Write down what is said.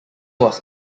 was